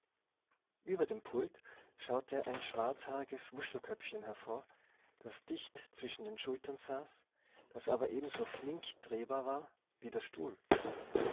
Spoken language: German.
über dem pult schaute ein schwarzhaariges wuschelköpfchen hervor das dicht zwischen den schultern saß das aber ebenso flink drehbar war wie der stuhl